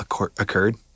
occurred